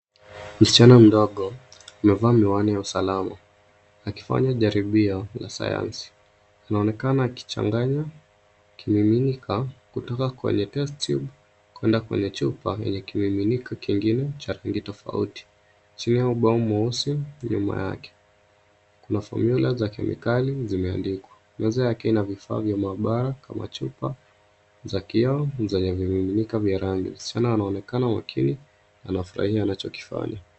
Msichana mdogo amevaa miwani ya usalama, akifanya jaribio la sayansi. Anaonekana akichanganya kimiminika kutoka kwenye test tube kwenda kwenye chupa, yenye kimiminika kingine cha rangi tofauti chini ya ubao mweusi nyuma yake. Kuna fomula za kemikali zimeandikwa. Meza yake ina vifaa vya mabaara kama chupa za kioo zenye vimiminika vya rangi. Msichana anaonekana makini, anafurahia anachokifanya.